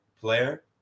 player